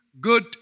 good